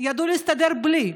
ידעו להסתדר בלי.